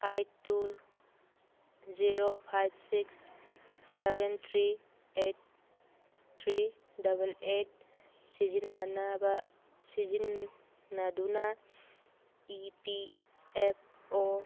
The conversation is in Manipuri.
eight two zero five six seven three eight three double eight ꯁꯤꯖꯤꯟꯅꯅꯕ ꯁꯤꯖꯤꯟꯅꯗꯨꯅ ꯏ ꯄꯤ ꯑꯦꯐ ꯑꯣ